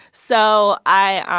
so i